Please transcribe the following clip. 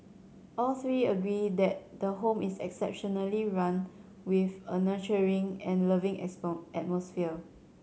all three agree that the home is exceptionally run with a nurturing and loving atmosphere